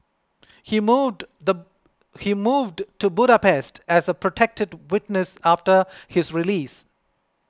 he moved he moved to Budapest as a protected witness after his release